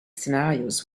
scenarios